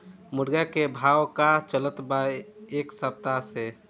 मुर्गा के भाव का चलत बा एक सप्ताह से?